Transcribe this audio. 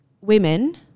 women